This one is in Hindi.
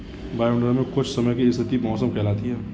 वायुमंडल मे कुछ समय की स्थिति मौसम कहलाती है